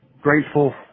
grateful